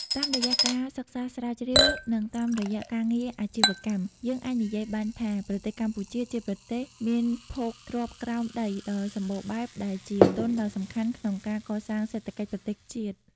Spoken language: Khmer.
តាមរយៈការសិក្សាស្រាវជ្រាវ និងតាមរយៈការងារអាជីវកម្ម យើងអាចនិយាយបានថា ប្រទេសកម្ពុជាជាប្រទេសមានភោគទ្រព្យក្រោមដីដ៏សម្បូរបែបដែលជាទុនដ៏សំខាន់ក្នុងការកសាងសេដ្ឋកិច្ចប្រទេសជាតិ។